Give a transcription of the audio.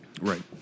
Right